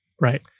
Right